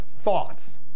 thoughts